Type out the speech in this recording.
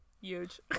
Huge